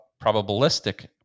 probabilistic